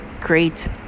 great